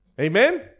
Amen